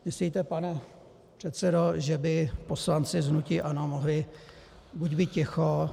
Myslíte, pane předsedo, že by poslanci z hnutí ANO mohli buď být ticho...